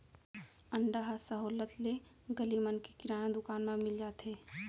अंडा ह सहोल्लत ले गली मन के किराना दुकान म मिल जाथे